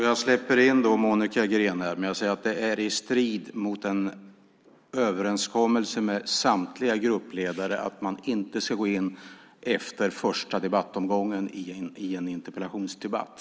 Jag släpper in Monica Green i debatten. Men jag vill säga att det är i strid mot överenskommelsen mellan samtliga gruppledare om att man inte ska gå in efter första debattomgången i en interpellationsdebatt.